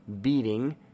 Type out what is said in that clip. beating